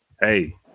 hey